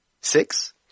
Six